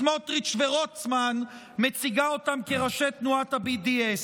סמוטריץ' ורוטמן מציגה אותם כראשי תנועת ה-BDS.